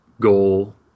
goal